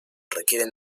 requieren